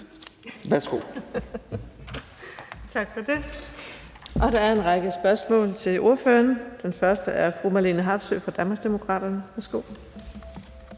Vind): Tak for det. Og der er en række spørgsmål til ordføreren. Først er det fru Marlene Harpsøe fra Danmarksdemokraterne. Værsgo.